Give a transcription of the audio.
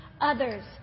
others